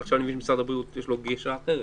ועכשיו אני מבין שמשרד הבריאות יש לו גישה אחרת.